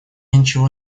ничего